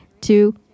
two